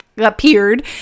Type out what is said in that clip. appeared